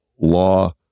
law